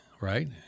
right